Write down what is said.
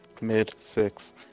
Mid-six